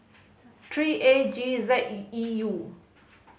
three A G Z E U